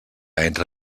entre